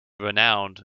renowned